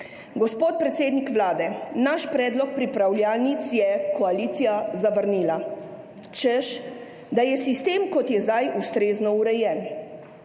Gospod predsednik Vlade, naš predlog pripravljalnic je koalicija zavrnila, češ da je sistem, kot je zdaj, ustrezno urejen,